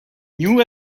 knew